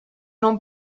non